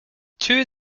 two